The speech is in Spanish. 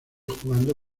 jugando